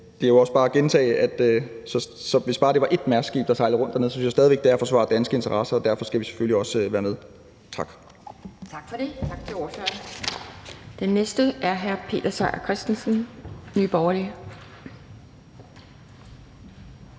det er jo også for at gentage, at hvis det bare var ét Mærskskib, der sejlede rundt dernede, så synes jeg stadig væk, at det er at forsvare danske interesser, og derfor skal vi selvfølgelig også være med. Tak. Kl. 11:21 Anden næstformand (Pia Kjærsgaard): Tak for det. Tak til ordføreren. Den næste er hr. Peter Seier Christensen, Nye Borgerlige.